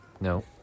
No